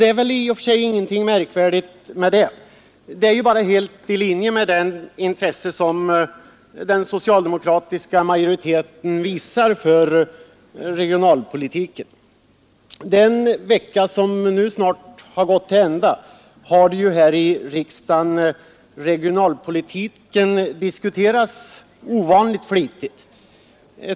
Det är i och för sig ingenting märkvärdigt med det; detta ligger ju helt i linje med det intresse som den socialdemokratiska majoriteten visar för regionalpolitiken. Under den vecka som nu snart gått till ända har regionalpolitiken diskuterats ovanligt flitigt.